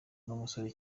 n’umusore